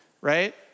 right